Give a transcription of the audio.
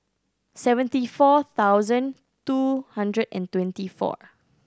seventy four thousand two hundred and twenty four